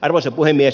arvoisa puhemies